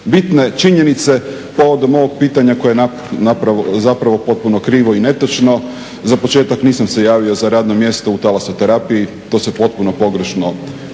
bitne činjenice povodom ovog pitanja koje je zapravo potpuno krivo i netočno. Za početak nisam se javio za radno mjesto u Talasoterapiji. To se potpuno pogrešno tumači